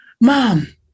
mom